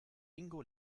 ingo